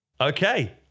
Okay